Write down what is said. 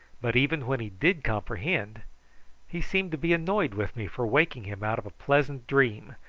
but even when he did comprehend he seemed to be annoyed with me for waking him out of a pleasant dream,